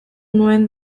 nuen